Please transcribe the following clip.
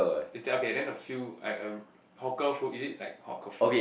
is that okay then the few like a hawker food is it like hawker food